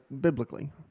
biblically